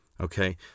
Okay